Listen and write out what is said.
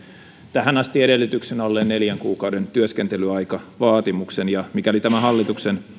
tähän asti edellytyksenä olleen neljän kuukauden työskentelyaikavaatimuksen mikäli tämä hallituksen